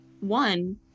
one